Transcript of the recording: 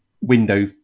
window